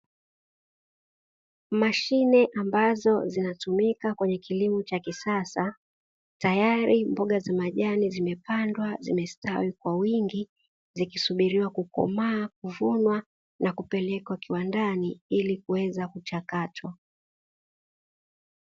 Mashine ambazo zinatumika kwenye kilimo cha kisasa tayari mboga za majani zimepandwa zimestawi kwa wingi zikisubiria kukomaa, kuvunwa na kupelekwa kiwandani ili kuweza kuchakatwa.